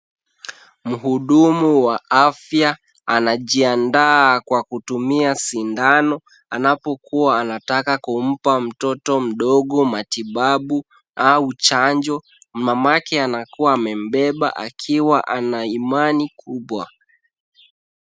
Mhudumu wa afya anajiandaa kwa kutumia sindano anapokuwa anataka kumpa mtoto mdogo matibabu au chanjo. Mamake anakuwa amembeba akiwa ana Imani kubwa.